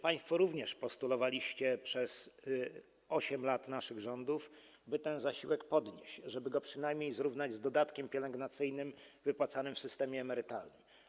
Państwo również postulowaliście przez 8 lat naszych rządów, by ten zasiłek podnieść, żeby go przynajmniej zrównać z dodatkiem pielęgnacyjnym wypłacanym w systemie emerytalnym.